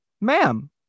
Ma'am